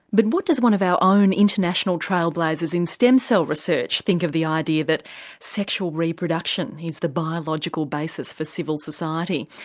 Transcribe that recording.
but what does one of our own international trail blazers in stem cell research think of the idea that sexual reproduction is the biological basis for civil society.